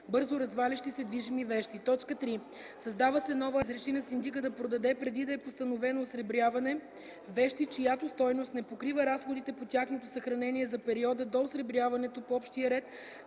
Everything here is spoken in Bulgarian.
бързо развалящи се движими вещи.” 3. Създава се нова ал. 2: „(2) Съдът може да разреши на синдика да продаде, преди да е постановено осребряване, вещи, чиято стойност не покрива разходите по тяхното съхранение за периода до осребряването по общия ред,